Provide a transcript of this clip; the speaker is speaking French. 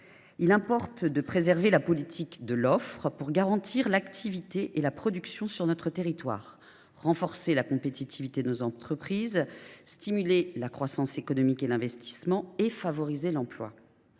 Il importe de préserver la politique de l’offre pour garantir l’activité et la production sur notre territoire, renforcer la compétitivité de nos entreprises, stimuler la croissance économique, ainsi que l’investissement, et favoriser l’emploi.